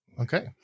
Okay